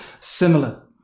similar